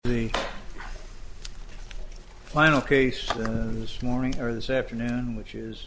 the final case this morning or this afternoon which is